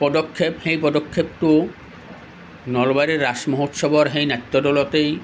পদক্ষেপ সেই পদক্ষেপটো নলবাৰীৰ ৰাস মহোৎসৱৰ সেই নাট্যদলতেই